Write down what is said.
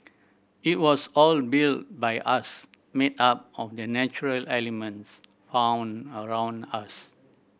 it was all built by us made up of the natural elements found around us